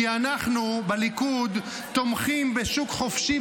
כי אנחנו בליכוד תומכים בשוק חופשי